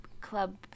club